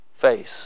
face